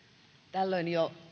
tällöin jo